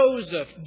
Joseph